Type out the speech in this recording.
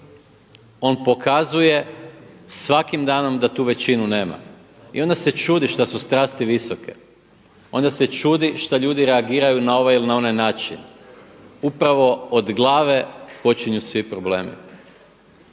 on pokazuje svakim danom da tu većinu nema. I onda se čudi šta su strasti visoke. Onda se čudi šta ljudi reagiraju na ovaj ili onaj način. Upravo od glave počinju svi problemi.